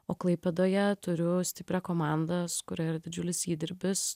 o klaipėdoje turiu stiprią komandą su kuria yra didžiulis įdirbis